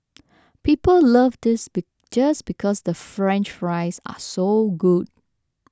people love this be just because the French Fries are so good